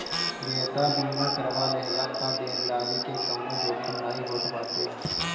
देयता बीमा करवा लेहला पअ देनदारी के कवनो जोखिम नाइ होत बाटे